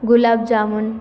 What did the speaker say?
gulab jamun